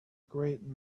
great